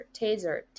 taser